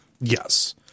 Yes